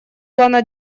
плана